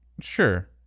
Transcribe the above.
Sure